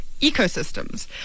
ecosystems